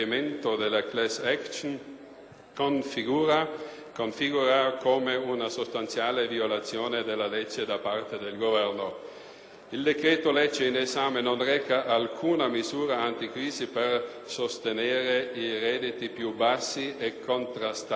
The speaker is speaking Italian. si configura come una sostanziale violazione della legge da parte del Governo. Il decreto-legge in esame non reca alcuna misura anticrisi per sostenere i redditi più bassi e contrastare la disoccupazione, ma attraverso